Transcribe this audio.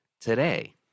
today